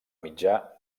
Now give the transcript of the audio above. mitjà